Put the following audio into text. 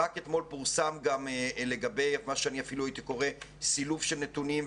רק אתמול פורסם מה שאני הייתי קורא סילוף של נתונים,